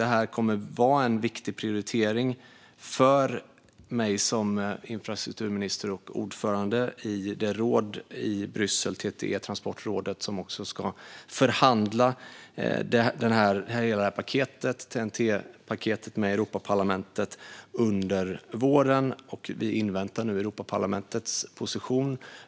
Det här kommer att vara en viktig prioritering för mig som infrastrukturminister och ordförande i transportrådet i Bryssel, TTE-rådet, som också ska förhandla hela TEN-T-paketet med Europaparlamentet under våren. Vi inväntar nu Europaparlamentets position.